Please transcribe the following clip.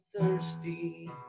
thirsty